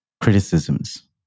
criticisms